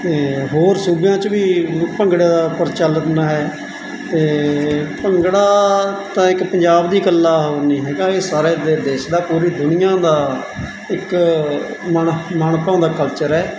ਅਤੇ ਹੋਰ ਸੂਬਿਆਂ 'ਚ ਵੀ ਭੰਗੜਾ ਪ੍ਰਚਲਨ ਹੈ ਅਤੇ ਭੰਗੜਾ ਤਾਂ ਇੱਕ ਪੰਜਾਬ ਦੀ ਇਕੱਲਾ ਨਹੀਂ ਹੈਗਾ ਇਹ ਸਾਰੇ ਦੇਸ਼ ਦਾ ਪੂਰੀ ਦੁਨੀਆਂ ਦਾ ਇੱਕ ਮਨ ਮਨ ਭਾਉਂਦਾ ਕਲਚਰ ਹੈ